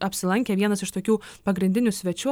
apsilankė vienas iš tokių pagrindinių svečių